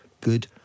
good